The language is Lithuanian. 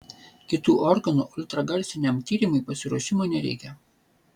kitų organų ultragarsiniam tyrimui pasiruošimo nereikia